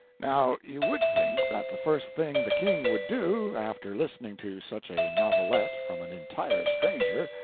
now you would think that the first thing the king would do after listening to such a novelette from an entire stranger,